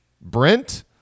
Brent